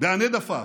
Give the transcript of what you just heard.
בלי הנד עפעף,